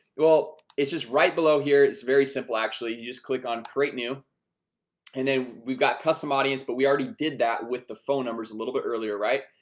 well, it's just right below here it's very simple. actually, you just click on create new and then we've got custom audience, but we already did that with the phone numbers a little bit earlier, right?